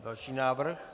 Další návrh.